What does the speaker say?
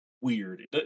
weird